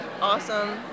awesome